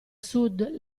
sud